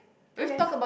okay